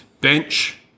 Bench